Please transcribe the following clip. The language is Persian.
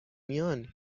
میان